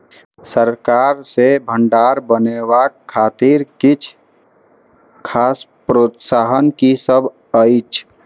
सरकार सँ भण्डार बनेवाक खातिर किछ खास प्रोत्साहन कि सब अइछ?